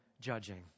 judging